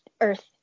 Earth